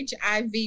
HIV